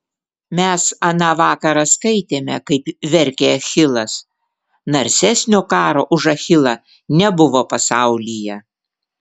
mes aną vakarą skaitėme kaip verkė achilas narsesnio kario už achilą nebuvo pasaulyje